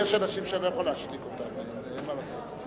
יש אנשים שאני לא יכול להשתיק אותם, אין מה לעשות.